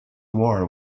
war